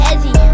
Ezzy